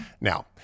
Now